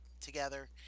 together